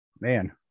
Man